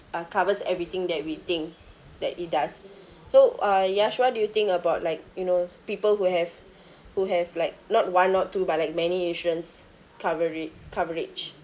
uh covers everything that we think that it does so uh Yash what do you think about like you know people who have who have like not one not two but like many insurance coverage coverage